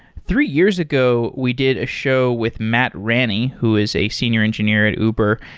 three years ago, we did a show with matt ranney, who is a senior engineer at uber,